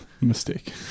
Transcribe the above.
Mistake